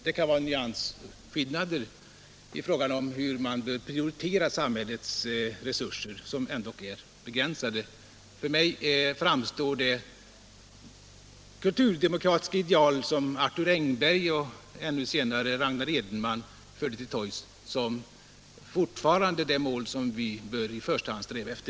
Det kan vara nyansskillnader i fråga om hur man vill prioritera samhällets resurser, som ändå är begränsade. För mig framstår det kulturdemokratiska ideal som Arthur Engberg och ännu senare Ragnar Edenman förde till torgs fortfarande som det mål som vi bör sträva efter.